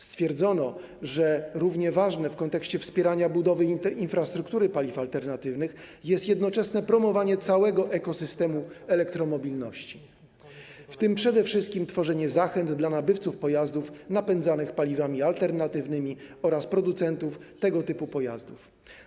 Stwierdzono, że równie ważne w kontekście wspierania budowy infrastruktury paliw alternatywnych jest jednoczesne promowanie całego ekosystemu elektromobilności, w tym przede wszystkim tworzenie zachęt dla nabywców pojazdów napędzanych paliwami alternatywnymi oraz producentów tego typu pojazdów.